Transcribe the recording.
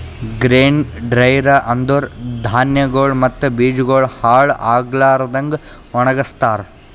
grain dryer ಅಂದುರ್ ಧಾನ್ಯಗೊಳ್ ಮತ್ತ ಬೀಜಗೊಳ್ ಹಾಳ್ ಆಗ್ಲಾರದಂಗ್ ಒಣಗಸ್ತಾರ್